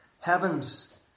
Heavens